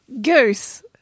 goose